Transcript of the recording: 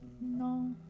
No